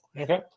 Okay